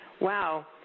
wow